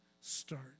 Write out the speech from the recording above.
start